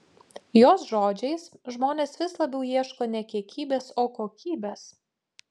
jos žodžiais žmonės vis labiau ieško ne kiekybės o kokybės